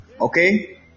okay